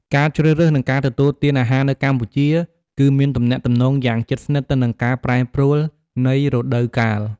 ការជ្រើសរើស និងការទទួលទានអាហារនៅកម្ពុជា គឺមានទំនាក់ទំនងយ៉ាងជិតស្និទ្ធទៅនឹងការប្រែប្រួលនៃរដូវកាល។